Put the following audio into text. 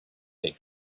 they